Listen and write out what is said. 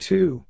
Two